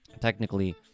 Technically